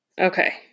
Okay